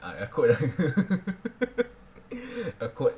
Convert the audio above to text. ah a quote ah a quote